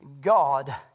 God